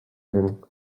eating